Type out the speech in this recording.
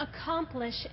accomplish